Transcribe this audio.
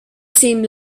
same